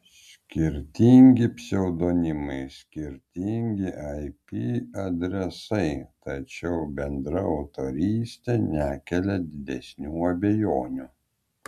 skirtingi pseudonimai skirtingi ip adresai tačiau bendra autorystė nekelia didesnių abejonių